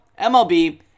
MLB